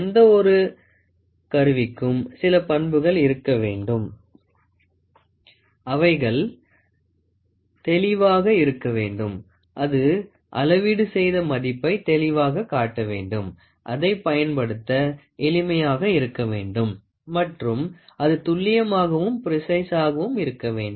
எந்தவொரு கருவிக்கும் சில பண்புகள் இருக்க வேண்டும் அவைகள் தெளிவாக இருக்க வேண்டும் அது அளவீடு செய்த மதிப்பை தெளிவாகக் காட்ட வேண்டும் அதைப் பயன்படுத்த எளிமையாக இருக்க வேண்டும் மற்றும் அது துல்லியமாகவும் ப்ரேஸிஸ்ஸாகவும் இருக்க வேண்டும்